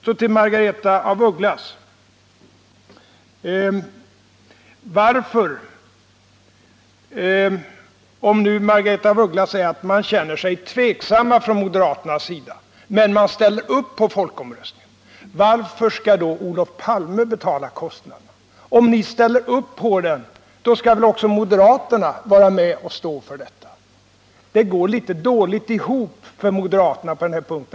Om nu Margaretha af Ugglas säger att man från moderaternas sida känner sig tveksam, men man ställer upp på folkomröstningen. Varför skall då Olof Palme betala kostnaderna? Om moderaterna ställer upp på folkomröstningen skall ni väl också vara med och stå för kostnaderna. Det går litet dåligt ihop för moderaterna på denna punkt.